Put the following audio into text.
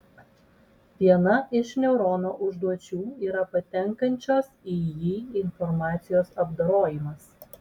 viena iš neurono užduočių yra patenkančios į jį informacijos apdorojimas